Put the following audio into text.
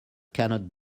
cannot